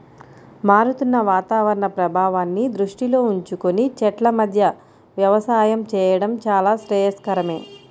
మారుతున్న వాతావరణ ప్రభావాన్ని దృష్టిలో ఉంచుకొని చెట్ల మధ్య వ్యవసాయం చేయడం చాలా శ్రేయస్కరమే